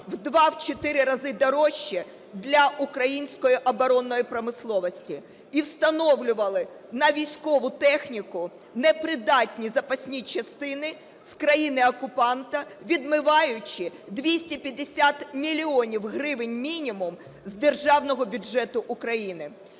в два, в чотири рази дорожче для української оборонної промисловості, і встановлювали на військову техніку непридатні запасні частини з країни-окупанта, відмиваючи 250 мільйонів гривень мінімум з державного бюджету України.